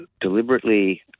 deliberately